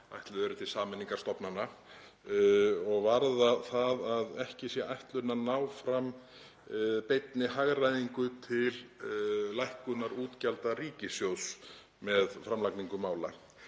ætluð eru til sameiningar stofnana og varðar það að ekki sé ætlunin að ná fram beinni hagræðingu til lækkunar útgjalda ríkissjóðs með framlagningu mála.